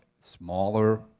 smaller